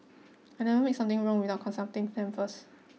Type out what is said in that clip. I never make something wrong without consulting them first